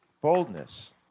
Boldness